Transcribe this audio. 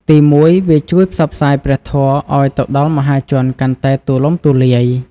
ទីមួយ វាជួយផ្សព្វផ្សាយព្រះធម៌ឱ្យទៅដល់មហាជនកាន់តែទូលំទូលាយ។